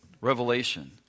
revelation